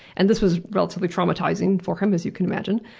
and this was relatively traumatizing for him, as you can imagine.